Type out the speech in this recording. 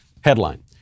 Headline